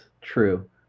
true